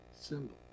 symbol